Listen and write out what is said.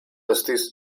estis